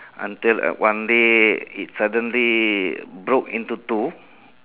until uh one day it suddenly broke into two